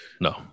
No